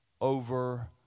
over